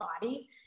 body